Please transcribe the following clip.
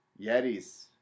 Yetis